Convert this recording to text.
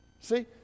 See